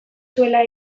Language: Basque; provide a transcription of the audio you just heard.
zuela